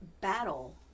battle